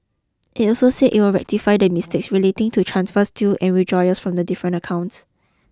it also said it would rectify the mistakes relating to transfers to and withdrawals from the different accounts